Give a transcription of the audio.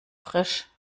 frisch